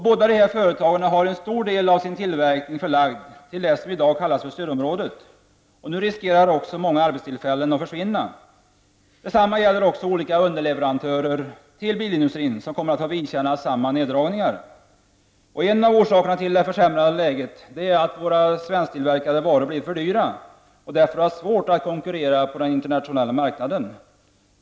Båda dessa företag har en stor del av sin tillverkning förlagd till det som i dag kallas för stödområdet. Nu riskerar många arbetstillfällen att försvinna. Detsamma gäller olika underleverantörer till bilindustrin som kommer att få vidkännas samma neddragningar. En av orsakerna till det försämrade läget är att våra svensktillverkade varor blir för dyra och därför har svårt att konkurrera på den internationella marknaden.